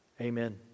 amen